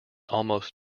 almost